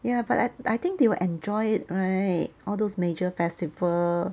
ya but I think they will enjoy it right all those major festival